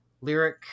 lyric